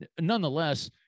nonetheless